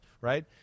right